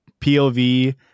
POV